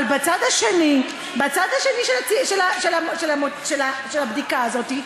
אבל בצד האחר של הבדיקה הזאת,